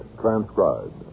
transcribed